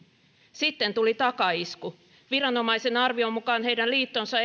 sitten tuli takaisku viranomaisen arvion mukaan heidän liittonsa